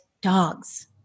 dogs